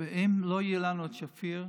אם לא יהיה לנו את שפיר,